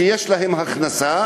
שיש להם הכנסה,